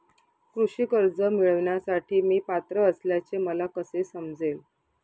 कृषी कर्ज मिळविण्यासाठी मी पात्र असल्याचे मला कसे समजेल?